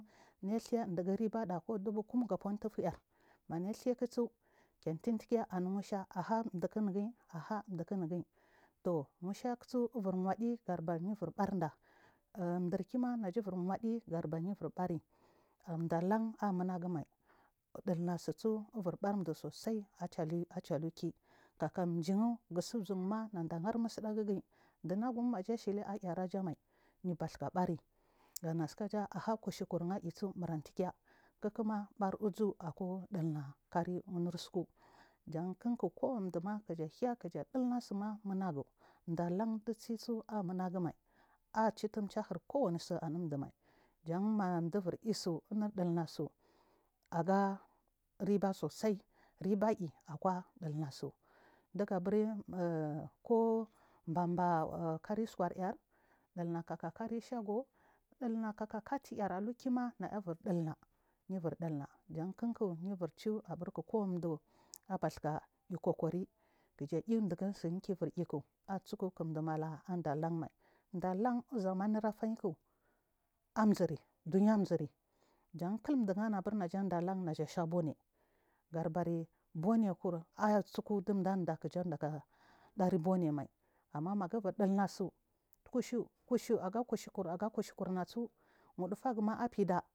Yiethaɗigu vibada kumga kumutufuar yar mai ata mi iheyu at utu tukiya anu musha ci ha chifunuguyi aha dufu unuguyi to musha so ivir wachi batumayi vir barda dar kima hajja ukir wadi butuma yu ivir baryi ciyi munagu mai utuma aviri bari musah a cuku lhi mutu mai ciri giwaa mu iviri ha musalagiyi ɗunagu maja asiyi ara bai yu har suku jan kunfu ci so gu ci hiyu elu kam ciyi munagu cicitir ca ihir so ummr clulasu cigar riba sosao ribayi akwa dugu abari kobaba kari usukar yar cluk jan yu wircu kolocinuu du ikaja cichi chigu chiya viryu cla san ciyi manama ɗokn zamani afaiku cizunai jan kal du cida ban naju asa boni gatuma bonekar ci sukugoju ci du ge cichu sari boner kurmai nagu umvir chuka snu kushi kushu aban kashir kur so.